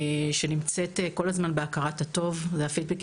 שנמצאת כל הזמן בהכרת הטוב אלה הפידבקים